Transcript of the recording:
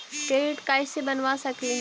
Credit card कैसे बनबा सकली हे?